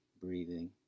breathing